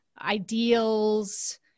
ideals